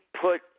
put